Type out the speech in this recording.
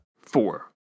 Four